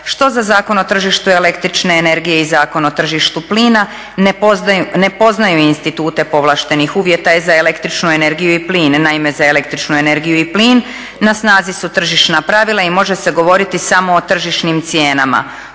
što za Zakon o tržištu električne energije i Zakon o tržištu plina ne poznaju institute povlaštenih uvjeta za električnu energiju i plin. Naime, za električnu energiju i plin na snazi su tržišna pravila i može se govoriti samo o tržišnim cijenama.